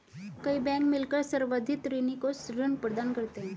कई बैंक मिलकर संवर्धित ऋणी को ऋण प्रदान करते हैं